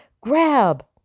grab